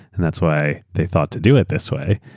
and that's why they thought to do it this way,